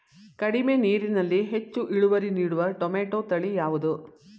ಕಡಿಮೆ ನೀರಿನಲ್ಲಿ ಹೆಚ್ಚು ಇಳುವರಿ ನೀಡುವ ಟೊಮ್ಯಾಟೋ ತಳಿ ಯಾವುದು?